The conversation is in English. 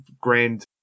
grand